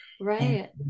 Right